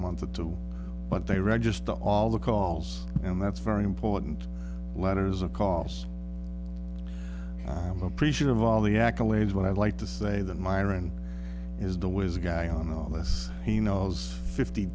month or two but they register all the calls and that's very important letters of calls i'm appreciative of all the accolades what i'd like to say that myron is the whiz guy on all this he knows fifty